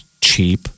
cheap